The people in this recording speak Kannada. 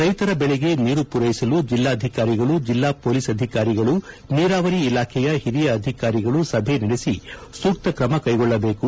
ರೈತರ ಬೆಳೆಗೆ ನೀರು ಪೂರೈಸಲು ಜಿಲ್ಲಾಧಿಕಾರಿಗಳು ಜಿಲ್ಲಾ ಪೊಲೀಸ್ ಅಧಿಕಾರಿಗಳು ನೀರಾವರಿ ಇಲಾಖೆಯ ಹಿರಿಯ ಅಧಿಕಾರಿಗಳು ಸಭೆ ನಡೆಸಿ ಸೂಕ್ತ ಕ್ರಮ ಕೈಗೊಳ್ಳಬೇಕು